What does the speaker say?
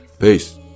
peace